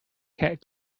cat